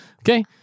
Okay